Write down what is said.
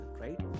right